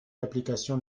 d’application